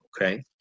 okay